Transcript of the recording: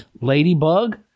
Ladybug